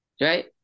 right